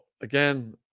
again